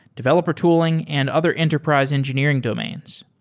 developer tooling and other enterprise engineering domains.